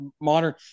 modern